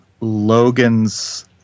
logan's